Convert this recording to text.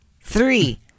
three